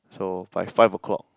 so five five o-clock